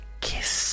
kiss